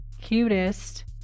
cutest